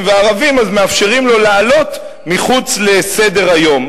והערבים אז מאפשרים לו לעלות מחוץ לסדר-היום.